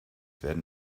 werden